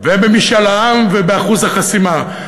ובמשאל עם ובאחוז החסימה,